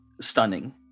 stunning